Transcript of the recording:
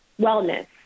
wellness